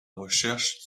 recherche